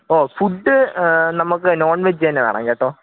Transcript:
ഓ food നമുക്ക് non veg തന്നെ വേണം കെട്ടോ